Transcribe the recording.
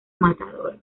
matador